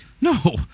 no